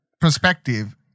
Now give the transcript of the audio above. perspective